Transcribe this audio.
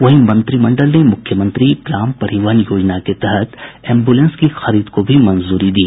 वहीं मंत्रिमंडल ने मुख्यमंत्री ग्राम परिवहन योजना के तहत एम्ब्लेंस की खरीद को भी मंजूरी दी